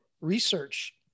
research